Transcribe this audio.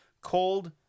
cold